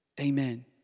amen